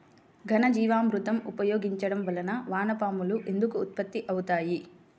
ఘనజీవామృతం ఉపయోగించటం వలన వాన పాములు ఎందుకు ఉత్పత్తి అవుతాయి?